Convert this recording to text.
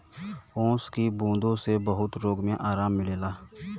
ओस की बूँदो से बहुत रोग मे आराम मिलेला